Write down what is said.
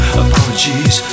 apologies